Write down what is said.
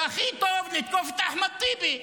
והכי טוב לתקוף את אחמד טיבי,